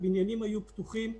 הבניינים היו פתוחים,